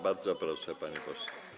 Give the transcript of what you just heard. Bardzo proszę, panie pośle.